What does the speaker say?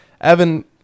Evan